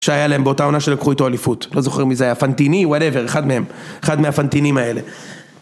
שהיה להם באותה עונה שלקחו איתו אליפות, לא זוכרם מי זה היה, פנטיני? וואטאבר, אחד מהם, אחד מהפנטינים האלה